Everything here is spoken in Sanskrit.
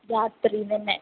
रात्रिनेन्ने